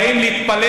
הם באים להתפלל,